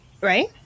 right